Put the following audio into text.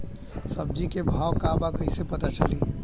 सब्जी के भाव का बा कैसे पता चली?